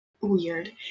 weird